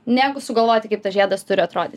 negu sugalvoti kaip tas žiedas turi atrodyti